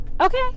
okay